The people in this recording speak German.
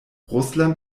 russland